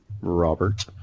Robert